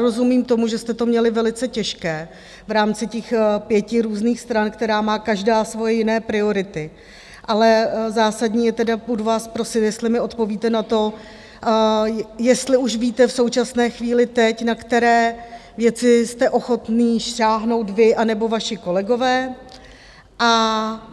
Rozumím tomu, že jste to měli velice těžké v rámci pěti různých stran, která má každá svoje jiné priority, ale zásadní je tedy, budu vás prosit, jestli mi odpovíte na to, jestli už víte v současné chvíli, teď, na které věci jste ochotní sáhnout vy, anebo vaši kolegové a